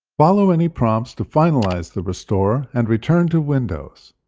follow any prompts to finalize the restore and return to windows.